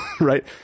Right